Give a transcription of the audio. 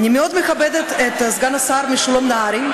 אני מאוד מכבדת את סגן השר משולם נהרי,